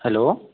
hello